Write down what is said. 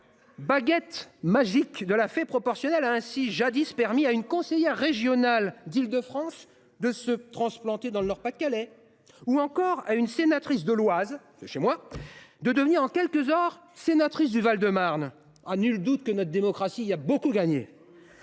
! La baguette magique de la fée proportionnelle a ainsi, jadis, permis à une conseillère régionale d’Île de France de se transplanter dans le Nord Pas de Calais, ou encore à une sénatrice de l’Oise – mon département – de devenir en quelques heures sénatrice du Val de Marne : nul doute que notre démocratie y a beaucoup gagné